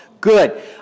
Good